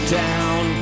down